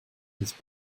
his